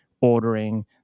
ordering